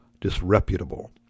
disreputable